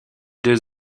deux